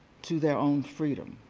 to their own freedom.